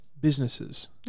businesses